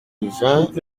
vingts